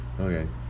Okay